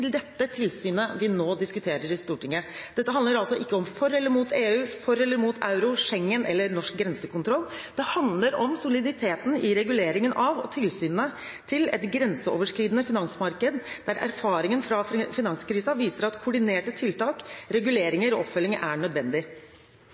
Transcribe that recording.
dette tilsynet vi nå diskuterer i Stortinget. Dette handler altså ikke om for eller mot EU, for eller mot euro, Schengen eller norsk grensekontroll. Det handler om soliditeten i reguleringen av og tilsynet til et grenseoverskridende finansmarked, der erfaringen fra finanskrisen viser at koordinerte tiltak,